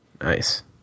Nice